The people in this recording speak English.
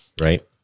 right